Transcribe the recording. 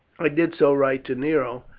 i did so write to nero,